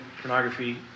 pornography